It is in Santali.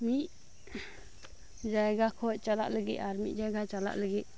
ᱢᱤᱫ ᱡᱟᱭᱜᱟ ᱠᱷᱚᱱ ᱪᱟᱞᱟᱜ ᱞᱟᱹᱜᱤᱫ ᱟᱨ ᱢᱤᱫ ᱡᱟᱭᱜᱟ ᱪᱟᱞᱟᱜ ᱞᱟᱹᱜᱤᱫ